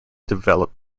developed